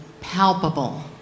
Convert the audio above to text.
palpable